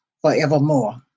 forevermore